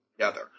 together